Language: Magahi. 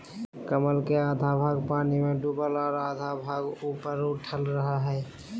कमल के आधा भाग पानी में डूबल और आधा सतह से ऊपर उठल रहइ हइ